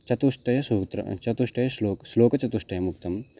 चतुष्टयं सूत्रं चतुष्टयः श्लोकः श्लोकचतुष्टयमुक्तम्